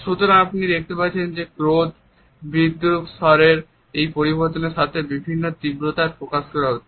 সুতরাং আপনি দেখতে পাচ্ছেন যে ক্রোধ বিদ্রূপটি স্বরের এই পরিবর্তনের সাথে বিভিন্ন তীব্রতায় প্রকাশ করা হচ্ছে